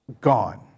gone